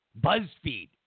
BuzzFeed